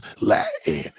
Latin